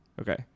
Okay